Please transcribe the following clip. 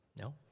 No